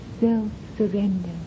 self-surrender